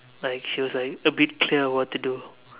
like she was like a bit clear of what to do